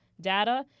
data